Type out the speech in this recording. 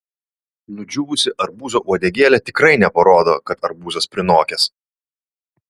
nudžiūvusi arbūzo uodegėlė tikrai neparodo kad arbūzas prinokęs